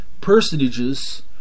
personages